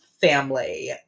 family